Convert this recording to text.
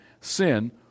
sin